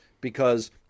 because-